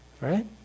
Right